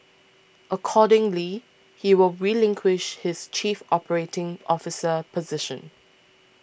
accordingly he will relinquish his chief operating officer position